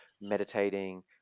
meditating